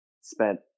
spent